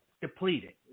depleted